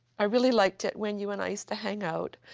i really liked it when you and i used to hang out.